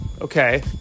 okay